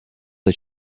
the